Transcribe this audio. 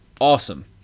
Awesome